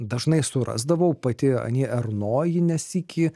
dažnai surasdavau pati ani erno jį ne sykį